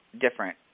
different